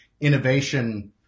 innovation